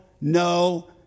no